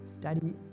Daddy